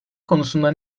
konusunda